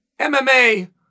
MMA